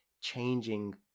changing